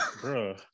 bro